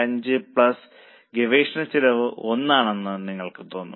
5 plus ഗവേഷണ ചെലവ് 1 ആണെന്നും നിങ്ങൾക്ക് തോന്നും